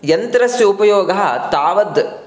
यन्त्रस्य उपयोगः तावत्